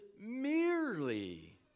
merely